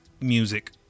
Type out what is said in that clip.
music